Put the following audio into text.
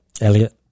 elliot